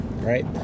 Right